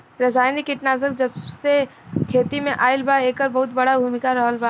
रासायनिक कीटनाशक जबसे खेती में आईल बा येकर बहुत बड़ा भूमिका रहलबा